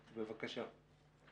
בבקשה.